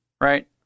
right